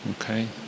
Okay